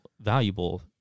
valuable